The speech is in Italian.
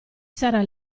sarà